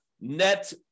net